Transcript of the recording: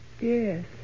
Yes